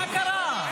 מה קרה?